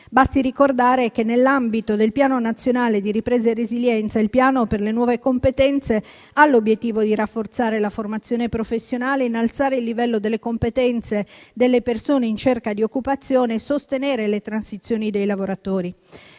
Basti ricordare che, nell'ambito del Piano nazionale di ripresa e resilienza, il Piano nuove competenze ha l'obiettivo di rafforzare la formazione professionale e innalzare il livello delle competenze delle persone in cerca di occupazione e sostenere le transizioni dei lavoratori.